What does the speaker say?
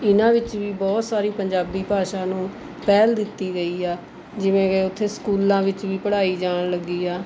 ਇਹਨਾਂ ਵਿੱਚ ਵੀ ਬਹੁਤ ਸਾਰੀ ਪੰਜਾਬੀ ਭਾਸ਼ਾ ਨੂੰ ਪਹਿਲ ਦਿੱਤੀ ਗਈ ਆ ਜਿਵੇਂ ਕਿ ਉੱਥੇ ਸਕੂਲਾਂ ਵਿੱਚ ਵੀ ਪੜ੍ਹਾਈ ਜਾਣ ਲੱਗੀ ਆ